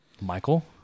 Michael